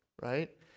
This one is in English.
right